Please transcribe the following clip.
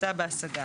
החלטתה בהשגה.